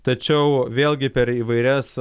tačiau vėlgi per įvairias